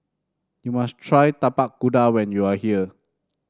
you must try Tapak Kuda when you are here